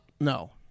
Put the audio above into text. no